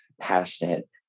passionate